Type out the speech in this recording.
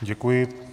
Děkuji.